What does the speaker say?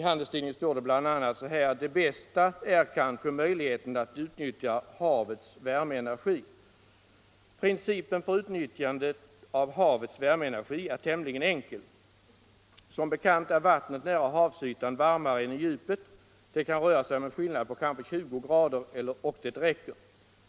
Där står: ”Det bästa är kanske möjligheterna att utnyttja havets värmeenergi. —-—-- Principen för utnyttjandet av havets värmeenergi är tämligen enkel. Som bekant är vattnet nära havsytan varmare än i djupet. Det kan röra sig om en skillnad på kanske 20 grader, och det räcker.